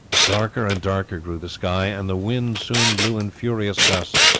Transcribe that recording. darker and darker grew the sky, and the wind soon blew in furious gusts,